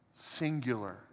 singular